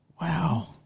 wow